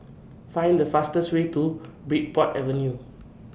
Find The fastest Way to Bridport Avenue